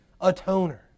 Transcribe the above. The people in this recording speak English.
atoner